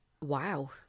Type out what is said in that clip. wow